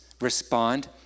respond